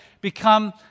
become